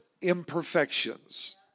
imperfections